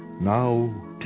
now